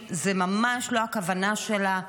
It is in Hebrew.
זו ממש לא הכוונה שלה.